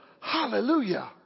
Hallelujah